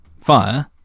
fire